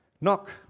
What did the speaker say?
Knock